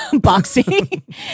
boxing